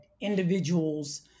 individuals